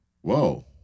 Whoa